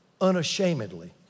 unashamedly